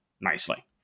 nicely